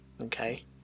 Okay